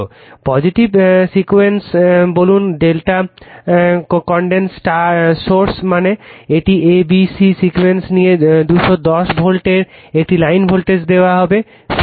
Refer Time 0202 positive sequence বলুন Δ connected source মানে এটি a b c সিকোয়েন্স নিয়ে 210 ভোল্টের একটি লাইন ভোল্টেজ দেওয়া হবে